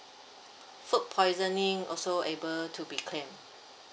food poisoning also able to be claimed